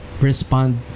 respond